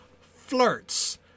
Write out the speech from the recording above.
flirts